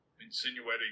insinuating